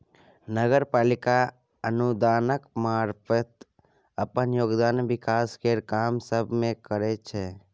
नगर पालिका अनुदानक मारफत अप्पन योगदान विकास केर काम सब मे करइ छै